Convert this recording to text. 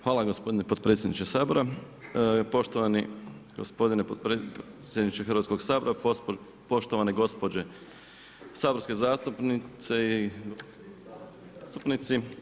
Hvala gospodine potpredsjedniče Sabora, poštovani gospodine potpredsjedniče Hrvatskoga sabora, poštovane gospođe saborske zastupnice i zastupnici.